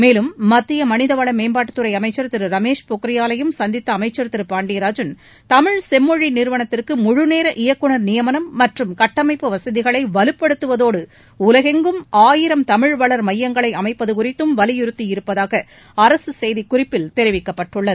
மேலும் மத்திய மனிதவள மேம்பாட்டுத்துறை அமைச்சர் திரு ரமேஷ் பொக்ரியாவையும் சந்தித்த அமைச்சர் திரு பாண்டியராஜன் தமிழ செம்மொழி நிறுவனத்திற்கு முழுநேர இயக்குநர் நியமனம் மற்றம் கட்டமைப்பு வசதிகளை வலுப்படுத்துவதோடு உலகெங்கும் ஆயிரம் தமிழ் வளர் மையங்களை அமைப்பது குறித்தும் வலியுறுத்தியிருப்பதாக அரசு செய்திக்குறிப்பில் தெரிவிக்கப்பட்டுள்ளது